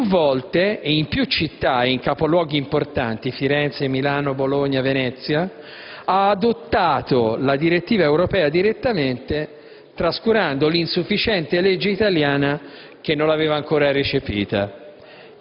più volte e in più città, e in capoluoghi importanti (Firenze, Milano, Bologna, Venezia), ha adottato la direttiva europea direttamente, trascurando l'insufficiente legge italiana che non l'aveva ancora recepita,